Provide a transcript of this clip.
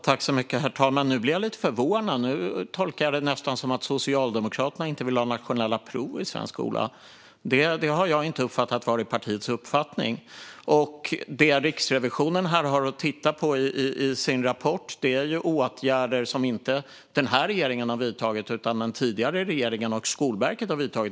Herr talman! Nu blir jag lite förvånad. Nu tolkar jag det nästan som att Socialdemokraterna inte vill ha nationella prov i svensk skola. Jag har inte förut uppfattat att det har varit partiets uppfattning. Det Riksrevisionen har tittat på i sin rapport är åtgärder som inte denna regering har vidtagit. Det är åtgärder som den tidigare regeringen och Skolverket har vidtagit.